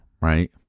right